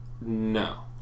No